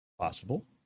possible